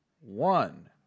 one